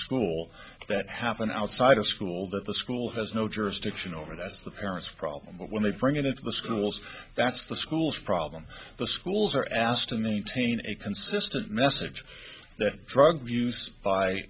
school that happen outside of school that the school has no jurisdiction over that's the parents problem when they bring it into the schools that's the school's problem the schools are asked to maintain a consistent message that drug use by